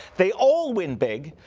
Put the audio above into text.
they all win big.